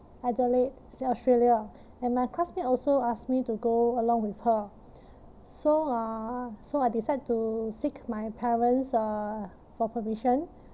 Adelaide sa~ Australia and my classmate also ask me to go along with her so uh so I decide to seek my parents uh for permission